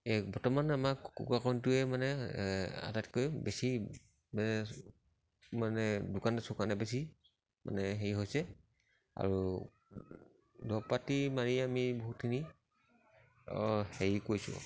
এই বৰ্তমান আমাক কুকুৰা কণীটোৱে মানে আটাইতকৈ বেছি মানে দোকানে চোকানে বেছি মানে হেৰি হৈছে আৰু দৰৱ পাতি মাৰি আমি বহুতখিনি হেৰি কৰিছোঁ আৰু